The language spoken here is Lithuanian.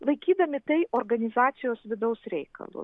laikydami tai organizacijos vidaus reikalu